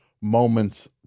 moments